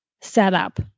setup